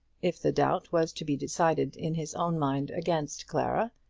if the doubt was to be decided in his own mind against clara,